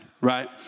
right